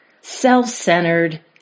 self-centered